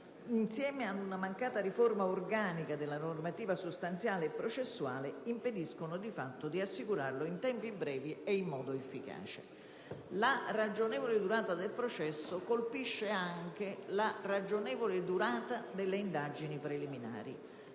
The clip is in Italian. insieme ad una mancata riforma organica della normativa sostanziale e processuale, impediscono di fatto di assicurarlo in tempi brevi e in modo efficace. La ragionevole durata del processo colpisce anche la ragionevole durata delle indagini preliminari.